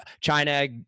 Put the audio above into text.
china